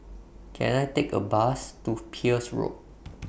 Can I Take A Bus to Peirce Road